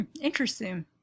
interesting